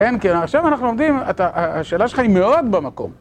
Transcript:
אין, כי עכשיו אנחנו עומדים, השאלה שלך היא מאוד במקום.